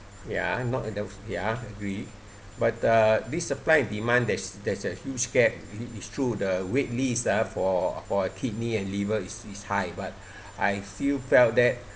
ya I'm not ya agree but uh this supply and demand there's there's a huge gap it it's true the wait list ah for for a kidney and liver is is high but I feel felt that